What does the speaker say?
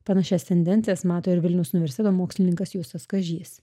panašias tendencijas mato ir vilniaus universiteto mokslininkas justas kažys